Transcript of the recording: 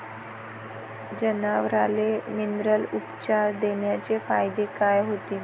जनावराले मिनरल उपचार देण्याचे फायदे काय होतीन?